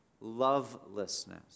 lovelessness